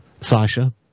Sasha